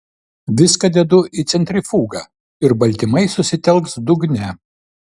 viską dedu į centrifugą ir baltymai susitelks dugne